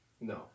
No